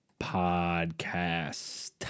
Podcast